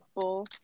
full